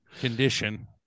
Condition